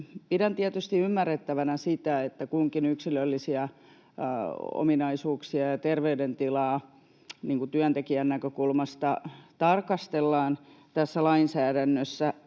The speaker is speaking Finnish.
Pidän tietysti ymmärrettävänä sitä, että kunkin yksilöllisiä ominaisuuksia ja terveydentilaa — työntekijän näkökulmasta — tarkastellaan tässä lainsäädännössä.